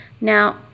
Now